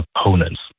opponents